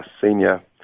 senior